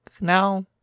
now